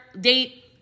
date